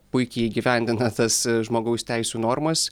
puikiai įgyvendina tas žmogaus teisių normas